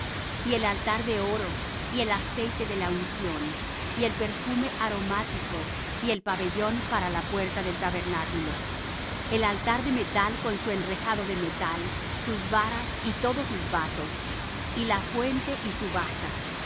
y el altar de oro y el aceite de la unción y el perfume aromático y el pabellón para la puerta del tabernáculo el altar de metal con su enrejado de metal sus varas y todos sus vasos y la fuente y su basa